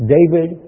David